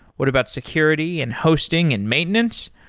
what about security and hosting and maintenance?